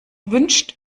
wünscht